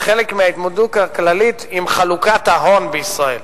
וחלק מההתמודדות הכללית עם חלוקת ההון בישראל.